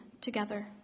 together